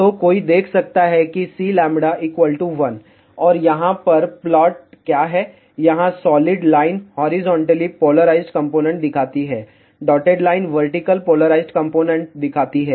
तो कोई देख सकता है कि Cλ ≈ 1 और यहाँ पर प्लॉट क्या हैं यहाँ solid line horizontally polarised component दिखाती है dotted line vertical polarised component दिखाती है